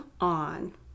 on